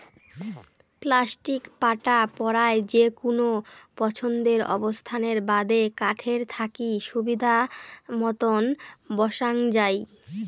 plastic পাটা পরায় যেকুনো পছন্দের অবস্থানের বাদে কাঠের থাকি সুবিধামতন বসাং যাই